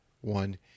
one